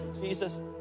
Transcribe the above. Jesus